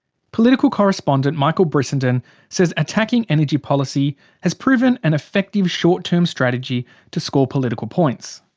political correspondent michael brissenden says attacking energy policy has proven an effective short-term strategy to score political points.